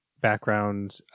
background